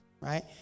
right